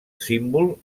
símbol